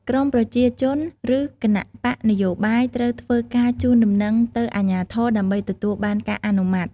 ក្រុមប្រជាជនឬគណបក្សនយោបាយត្រូវធ្វើការជូនដំណឹងទៅអាជ្ញាធរ ដើម្បីទទួលបានការអនុម័ត។